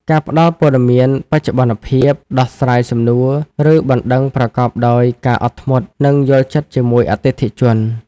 ការផ្តល់ព័ត៌មានបច្ចុប្បន្នភាព ដោះស្រាយសំណួរ ឬបណ្តឹងប្រកបដោយការអត់ធ្មត់ និងយល់ចិត្តជាមួយអតិថិជន។